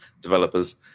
developers